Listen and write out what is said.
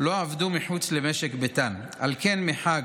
לא עבדו מחוץ למשק ביתן, על כן מחד